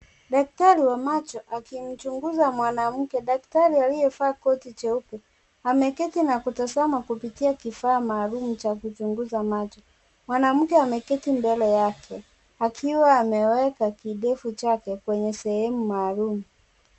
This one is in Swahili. Daktari wa macho akimchunguza wanamke, daktari aliyevaa koti jeupe ameketi na kutazama kupitia kifaa maalum cha kuchunguza macho, mwanamke ameketi mbele yake akiwa ameweka kidevu chake kwenye sehemu maalum.